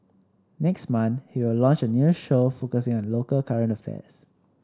next month he will launch a new show focusing on local current affairs